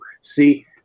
See